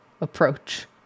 approach